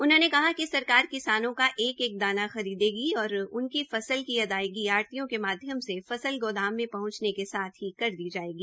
उन्होंने कहा कि सरकार किसानों का एक एक दाना खरीदेगी और उनकी फसल की अदायगी आड़तियों के माध्यम से फसल गोदान मे पहंचाने के साथ ही कर दी जायेगी